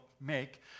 make